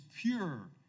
pure